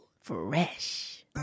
Fresh